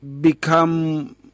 become